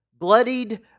bloodied